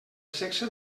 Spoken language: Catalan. sexe